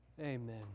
Amen